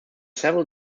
several